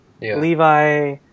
Levi